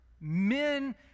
Men